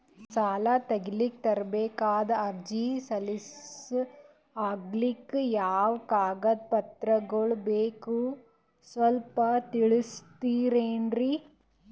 ಸಾಲ ತೆಗಿಲಿಕ್ಕ ತರಬೇಕಾದ ಅರ್ಜಿ ಸಲೀಸ್ ಆಗ್ಲಿಕ್ಕಿ ಯಾವ ಕಾಗದ ಪತ್ರಗಳು ಬೇಕು ಸ್ವಲ್ಪ ತಿಳಿಸತಿರೆನ್ರಿ?